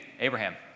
Abraham